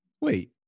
wait